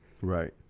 Right